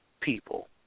people